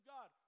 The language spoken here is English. God